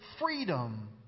freedom